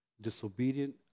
disobedient